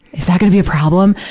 is that gonna be a problem?